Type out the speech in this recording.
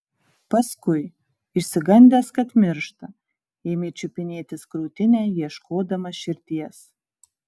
paskui išsigandęs kad miršta ėmė čiupinėtis krūtinę ieškodamas širdies